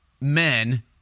men